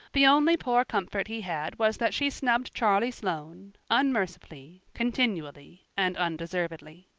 the only poor comfort he had was that she snubbed charlie sloane, unmercifully, continually, and undeservedly.